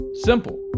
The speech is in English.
Simple